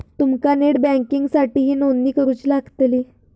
तुमका नेट बँकिंगसाठीही नोंदणी करुची लागतली